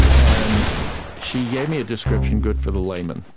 and she gave me a description good for the layman,